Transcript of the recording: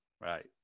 Right